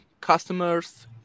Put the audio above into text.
customers